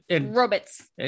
robots